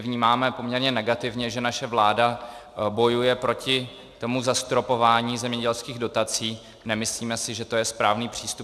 Vnímáme poměrně negativně, že naše vláda bojuje proti tomu zastropování zemědělských dotací, nemyslíme si, že to je správný přístup.